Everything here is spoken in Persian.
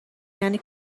یعنی